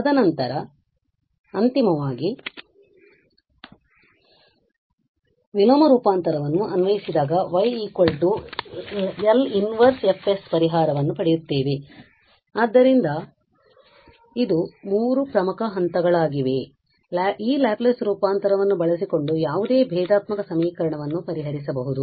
ತದನಂತರ ಅಂತಿಮವಾಗಿ ವಿಲೋಮ ರೂಪಾಂತರವನ್ನು ಅನ್ವಯಿಸಿದಾಗ y L −1 F ಪರಿಹಾರವನ್ನು ಪಡೆಯುತ್ತೇವೆ ಆದ್ದರಿಂದ ಇದು ಮೂರು ಪ್ರಮುಖ ಹಂತಗಳಾಗಿವೆ ಈ ಲ್ಯಾಪ್ಲೇಸ್ ರೂಪಾಂತರವನ್ನು ಬಳಸಿಕೊಂಡು ಯಾವುದೇ ಭೇದಾತ್ಮಕ ಸಮೀಕರಣವನ್ನು ಪರಿಹರಿಸಬಹುದು